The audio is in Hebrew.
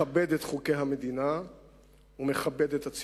מכבד את חוקי המדינה ומכבד את הציבור.